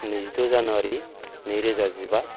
नैजिद' जानुवारि नैरोजा जिबा